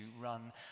run